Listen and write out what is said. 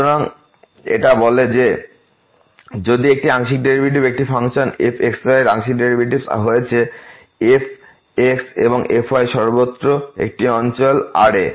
সুতরাং এটা বলে যদি একটি আংশিক একটি ফাংশন fx y এর আংশিক ডেরাইভেটিভস হয়েছে fx এবং fy সর্বত্র একটি অঞ্চলRএ